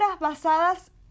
basadas